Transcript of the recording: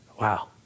wow